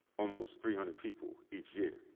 almost three hundred people each year.